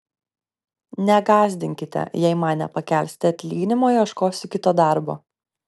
negąsdinkite jei man nepakelsite atlyginimo ieškosiuosi kito darbo